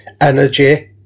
Energy